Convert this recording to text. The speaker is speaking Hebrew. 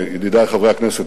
ידידי חברי הכנסת,